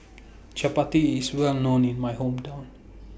Chappati IS Well known in My Hometown